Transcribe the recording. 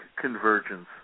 convergence